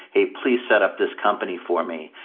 hey, please set up this company for me.